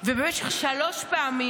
ובמשך שלוש פעמים,